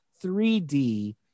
3d